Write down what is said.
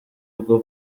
bwo